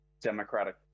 Democratic